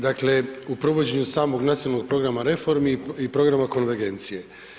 Dakle, u provođenju samog nacionalnog programa reformi i programa konvergencije.